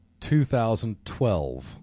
2012